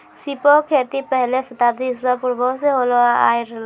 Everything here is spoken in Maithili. सीपो के खेती पहिले शताब्दी ईसा पूर्वो से होलो आय रहलो छै